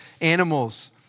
animals